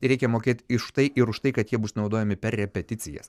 reikia mokėt iš tai ir už tai kad jie bus naudojami per repeticijas